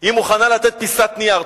היא מוכנה לתת פיסת נייר.